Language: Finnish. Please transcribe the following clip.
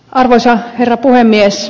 arvoisa herra puhemies